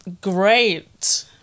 great